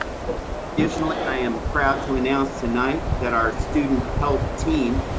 additionally, i am proud to announce tonight that our student health team,